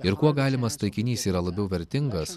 ir kuo galimas taikinys yra labiau vertingas